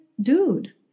dude